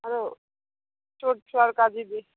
ଆରୁ ଛୋଟ ଛୁଆର କାଜି ବି